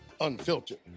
Unfiltered